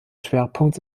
schwerpunkt